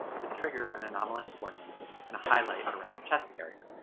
to trigger an anomalous swelling and a highlight around the chest area.